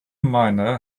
miner